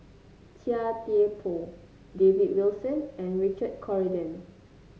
Chia Thye Poh David Wilson and Richard Corridon